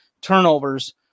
turnovers